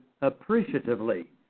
appreciatively